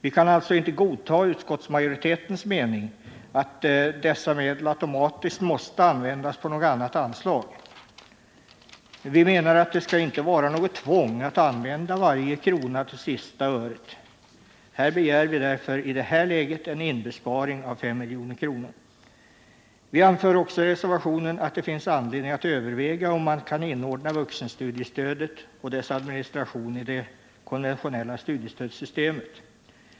Vi kan alltså inte godta utskottsmajoritetens mening att dessa medel automatiskt måste användas på något annat anslag. Vi menar att det inte skall vara något tvång att använda varje krona till sista öret. Här begär vi därför i det här läget en inbesparing av 5 milj.kr. Vi anför också i reservationen att det finns anledning att överväga om man kan inordna vuxenstudiestödet och dess administration i det konventionella studiestödssystemet.